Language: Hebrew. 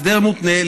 הסדר מותנה,